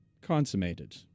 consummated